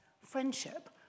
friendship